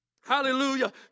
Hallelujah